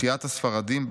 "תחיית הספרדים",